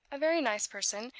a very nice person,